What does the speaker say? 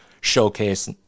showcase